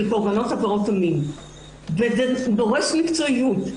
קורבנות עבירות המין וזה דורש מקצועיות.